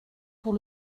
pour